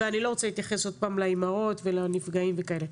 ואני לא רוצה להתייחס עוד פעם לאימהות ולנפגעים וכאלה.